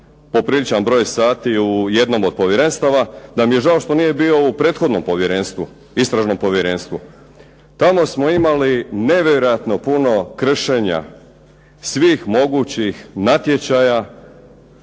popriličan broj sati u jednom od povjerenstava da mi je žao što nije bio u prethodnom povjerenstvu, istražnom povjerenstvu. Tamo smo imali nevjerojatno puno kršenja svih mogućih natječaja,